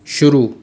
शुरू